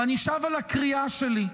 ואני שב על הקריאה שלי,